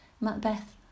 Macbeth